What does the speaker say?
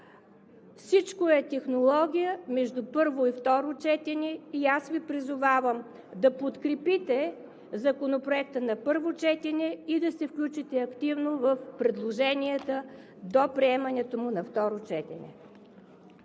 Всичко е технология между първо и второ четене. Аз Ви призовавам да подкрепите Законопроекта на първо четене и да се включите активно в предложенията до приемането му на второ четене.